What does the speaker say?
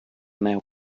now